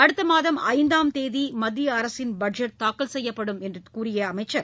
அடுத்த மாதம் ஐந்தாம் தேதி மத்திய அரசின் பட்ஜெட் தாக்கல் செய்யப்படும் என்று தெரிவித்த அவர்